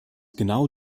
genau